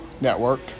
Network